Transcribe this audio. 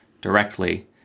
directly